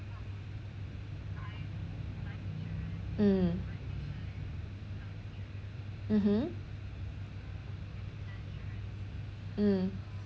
mm mmhmm mm